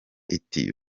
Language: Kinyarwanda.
iti